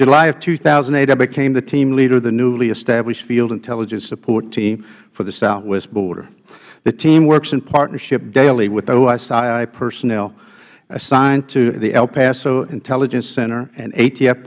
july of two thousand and eight i became the team leader of the newly established field intelligence support team for the southwest border the team works in partnership daily with osii personnel assigned to the el paso intelligence center and a